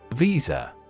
Visa